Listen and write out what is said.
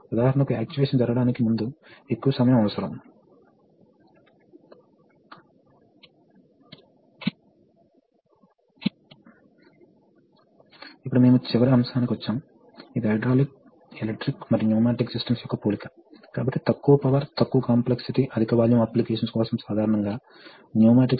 circuit చాలా symmetric ఐతే ఆ మొదటి సిస్టం లో చాలా సులభం కాబట్టి మీరు పంప్ A కోసం చేసినవన్నీ పంప్ B కోసం చేయాలి